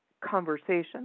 conversation